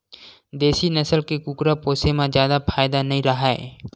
देसी नसल के कुकरा पोसे म जादा फायदा नइ राहय